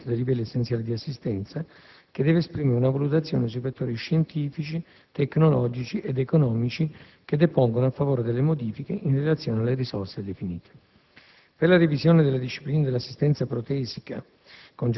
prevede il coinvolgimento della commissione nazionale per la definizione e l'aggiornamento dei livelli essenziali di assistenza, che deve esprimere una valutazione sui fattori scientifici, tecnologici ed economici che depongono a favore delle modifiche, «in relazione alle risorse definite».